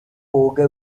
போக